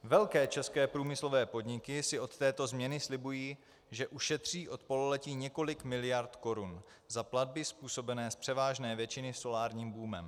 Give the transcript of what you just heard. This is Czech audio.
Velké české průmyslové podniky si od této změny slibují, že ušetří od pololetí několik miliard korun za platby způsobené z převážné většiny solárním boomem.